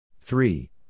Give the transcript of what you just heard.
Three